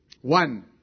one